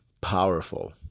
powerful